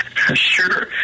Sure